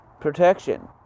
Protection